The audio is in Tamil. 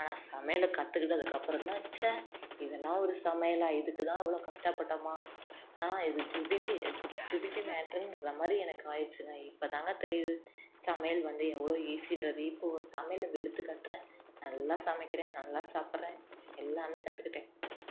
ஆனால் சமையலை கற்றுக்கிட்டதுக்கு அப்புறம் தான் ச்ச இதெல்லாம் ஒரு சமையலா இதுக்கு தான் இவ்வளோ கஷ்டப்பட்டோமா இது ஜுபிபி இ ஜுபிபி மேட்டருங்குற மாதிரி எனக்கு ஆயிடுச்சுங்க இப்போ தாங்க தெரியுது சமையல் வந்து எவ்வளோ ஈஸின்றது இப்போது சமையலில் வெளுத்து கட்டுறேன் நல்லா சமைக்கிறேன் நல்லா சாப்பிட்றேன் எல்லாமே கற்றுக்கிட்டேன்